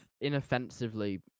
inoffensively